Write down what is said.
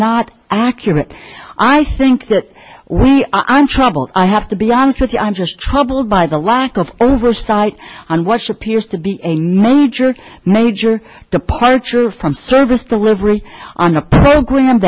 not accurate i think that we are in trouble i have to be honest with you i'm just troubled by the lack of oversight on what should piers to be a major major departure from service delivery on a program